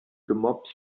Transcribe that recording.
gemopst